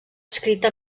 escrita